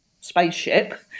spaceship